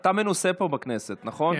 אתה מנוסה פה בכנסת, נכון?